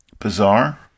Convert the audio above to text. bizarre